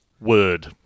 word